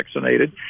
vaccinated